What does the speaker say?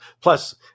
Plus